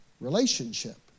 Relationship